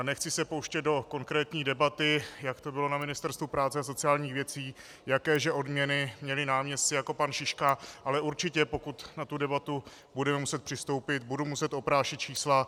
Nechci se pouštět do konkrétní debaty, jak to bylo na Ministerstvu práce a sociálních věcí, jaké že odměny měli náměstci jako pan Šiška, ale určitě, pokud na tu debatu budeme muset přistoupit, budu muset oprášit čísla.